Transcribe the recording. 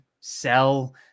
sell